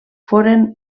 foren